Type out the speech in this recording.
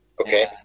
Okay